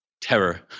terror